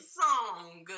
song